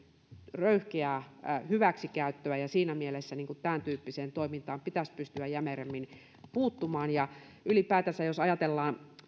röyhkeää hyväksikäyttöä ja siinä mielessä tämäntyyppiseen toimintaan pitäisi pystyä jämerämmin puuttumaan ylipäätänsä jos ajatellaan